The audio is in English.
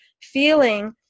feeling